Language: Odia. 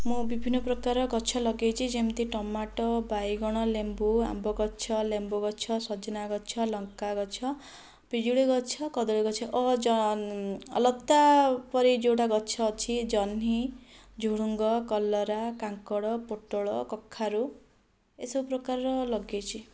ମୁଁ ବିଭିନ୍ନ ପ୍ରକାର ଗଛ ଲଗାଇଛି ଯେମିତି ଟମାଟ ବାଇଗଣ ଲେମ୍ବୁ ଆମ୍ବ ଗଛ ଲେମ୍ବୁ ଗଛ ସଜନା ଗଛ ଲଙ୍କା ଗଛ ପିଜୁଳି ଗଛ କଦଳୀ ଗଛ ଲତା ପରି ଯେଉଁଟା ଗଛ ଅଛି ଜହ୍ନି ଝୁଡ଼ୁଙ୍ଗ କଲରା କାଙ୍କଡ଼ ପୋଟଳ କଖାରୁ ଏଇ ସବୁ ପ୍ରକାରର ଲଗାଇଛି